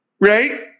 Right